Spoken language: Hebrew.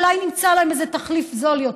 אולי נמצא להם איזה תחליף זול יותר?